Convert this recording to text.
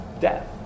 death